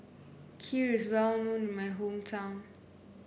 Kheer is well known in my hometown